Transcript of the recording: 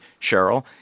Cheryl